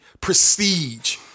prestige